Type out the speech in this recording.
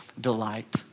delight